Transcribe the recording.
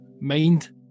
mind